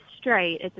straight